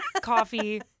coffee